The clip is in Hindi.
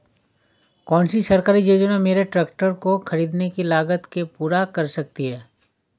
कौन सी सरकारी योजना मेरे ट्रैक्टर को ख़रीदने की लागत को पूरा कर सकती है?